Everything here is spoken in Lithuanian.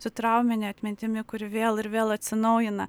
su traumine atmintimi kuri vėl ir vėl atsinaujina